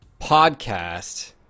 podcast